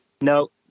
No